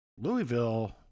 Louisville